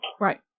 Right